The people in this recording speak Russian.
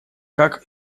как